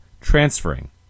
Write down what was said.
transferring